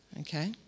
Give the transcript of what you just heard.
Okay